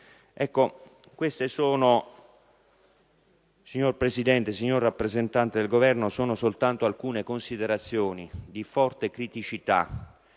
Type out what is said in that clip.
nulla. Queste, signor Presidente, signor rappresentante del Governo, sono soltanto alcune considerazioni, di forte criticità